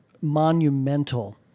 monumental